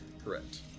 Correct